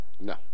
No